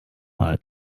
mal